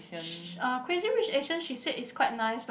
sh~ uh Crazy Rich Asians she said it's quite nice like